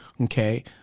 okay